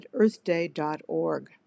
EarthDay.org